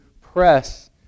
press